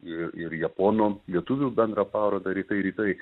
ir ir japonų lietuvių bendra parodą rytai rytai